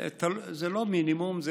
לא מינימום.